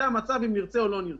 זה המצב, אם נרצה או לא נרצה.